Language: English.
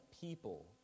people